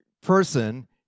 person